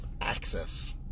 access